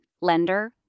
lender